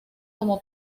como